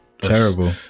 Terrible